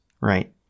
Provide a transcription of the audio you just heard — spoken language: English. right